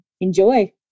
enjoy